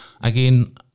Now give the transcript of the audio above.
again